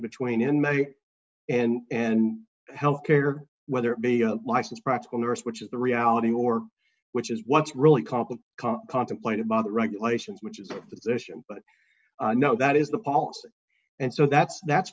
between in may and and health care whether it be licensed practical nurse which is the reality or which is what's really complex car contemplated by the regulations which is the no that is the policy and so that's that's